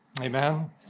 Amen